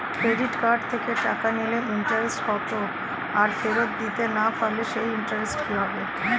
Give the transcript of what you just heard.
Credit card থেকে টাকা নিলে ইন্টারেস্ট কত আর ফেরত দিতে না পারলে সেই ইন্টারেস্ট কি হবে?